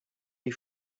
des